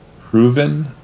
proven